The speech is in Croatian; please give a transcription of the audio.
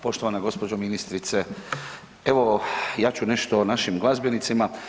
Poštovana gđo. ministrice, evo ja ću nešto o našim glazbenicima.